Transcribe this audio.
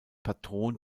patron